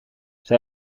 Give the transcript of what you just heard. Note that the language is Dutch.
zij